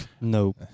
nope